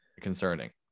Concerning